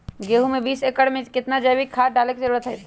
गेंहू में बीस एकर में कितना जैविक खाद डाले के जरूरत है?